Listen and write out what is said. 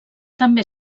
també